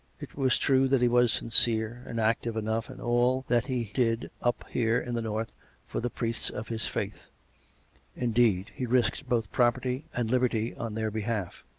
it was true that he was sincere and active enough in all that he did up here in the north for the priests of his faith indeed, he risked both property and liberty on their behalf,